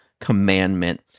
commandment